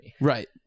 Right